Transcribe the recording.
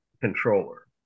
controller